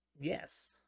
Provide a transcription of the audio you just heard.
Yes